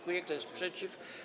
Kto jest przeciw?